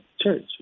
church